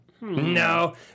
No